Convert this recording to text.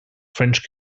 french